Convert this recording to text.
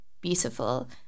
beautiful